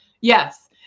yes